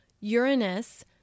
Uranus